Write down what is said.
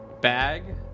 bag